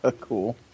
Cool